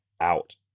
out